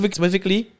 specifically